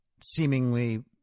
seemingly